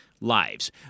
Lives